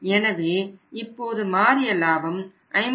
எனவே இப்போது மாறிய லாபம் 53